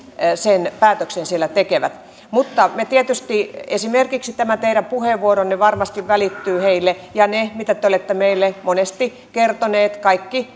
sen päätöksen siellä tekevät mutta tietysti esimerkiksi tämä teidän puheenvuoronne varmasti välittyy heille ja ne kaikki viestit mitä te olette meille monesti kertoneet